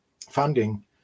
funding